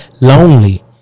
lonely